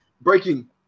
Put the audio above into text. breaking